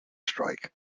strike